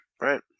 Right